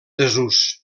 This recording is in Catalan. desús